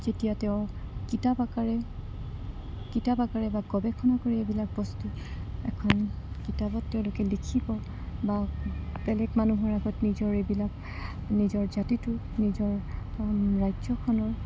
যেতিয়া তেওঁ কিতাপ আকাৰে কিতাপ আকাৰে বা গৱেষণা কৰি এইবিলাক বস্তু এখন কিতাপত তেওঁলোকে লিখিব বা বেলেগ মানুহৰ আগত নিজৰ এইবিলাক নিজৰ জাতিটোৰ নিজৰ ৰাজ্যখনৰ